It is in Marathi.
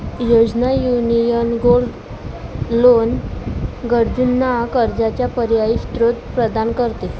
योजना, युनियन गोल्ड लोन गरजूंना कर्जाचा पर्यायी स्त्रोत प्रदान करते